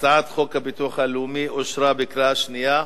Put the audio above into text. הצעת חוק הביטוח הלאומי (תיקון מס' 127) אושרה בקריאה שנייה.